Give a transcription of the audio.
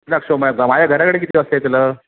नक्ष माझ्या घराकडे किती वाजता येतलं